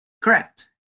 Correct